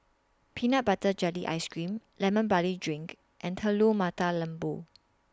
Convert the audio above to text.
Peanut Butter Jelly Ice Cream Lemon Barley Drink and Telur Mata Lembu